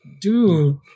Dude